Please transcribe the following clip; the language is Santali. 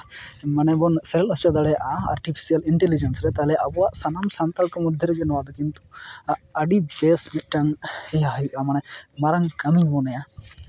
ᱢᱟᱱᱮ ᱵᱚᱱ ᱥᱮᱞᱮᱫ ᱦᱚᱪᱚ ᱫᱟᱲᱮᱭᱟᱜᱼᱟ ᱟᱨᱴᱤᱯᱷᱮᱥᱤᱭᱟᱞ ᱤᱱᱴᱞᱤᱡᱤᱭᱮᱱᱥ ᱨᱮ ᱛᱟᱦᱚᱞᱮ ᱟᱵᱚᱣᱟᱜ ᱥᱟᱱᱟᱢ ᱥᱟᱱᱛᱟᱲ ᱠᱚ ᱢᱚᱫᱽᱫᱷᱮ ᱨᱮᱜᱮ ᱱᱚᱣᱟᱫᱚ ᱠᱤᱱᱛᱩ ᱟᱹᱰᱤ ᱵᱮᱥ ᱢᱤᱫᱴᱟᱱ ᱤᱭᱟᱹ ᱦᱩᱭᱩᱜᱼᱟ ᱢᱟᱱᱮ ᱢᱟᱨᱟᱝ ᱠᱟᱹᱢᱤᱧ ᱢᱚᱱᱮᱭᱟ